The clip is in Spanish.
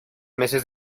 meses